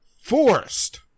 forced